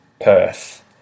Perth